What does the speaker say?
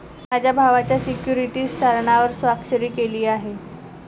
मी माझ्या भावाच्या सिक्युरिटीज तारणावर स्वाक्षरी केली आहे